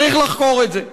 צריך לחקור את זה.